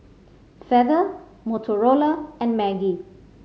Feather Motorola and Maggi